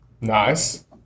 nice